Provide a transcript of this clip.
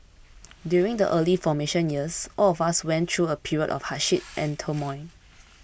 during the early formation years all of us went through a period of hardship and turmoil